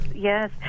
Yes